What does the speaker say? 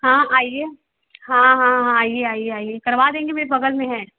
हाँ आइए हाँ हाँ हाँ आइए आइए आइए करवा देंगे मेरी ग़ल में है